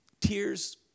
Tears